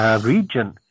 region